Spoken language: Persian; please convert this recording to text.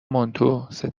مانتو، سه